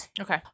Okay